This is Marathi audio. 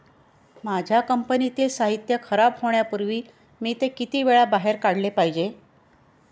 माझ्या कंपनीतील साहित्य खराब होण्यापूर्वी मी ते किती वेळा बाहेर काढले पाहिजे?